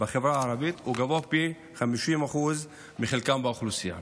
בחברה הערבית גבוה ב-50% מחלקם באוכלוסייה.